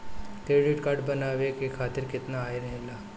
Credit card बनवाए के खातिर केतना आय रहेला?